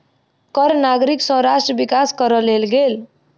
कर नागरिक सँ राष्ट्र विकास करअ लेल गेल